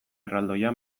erraldoia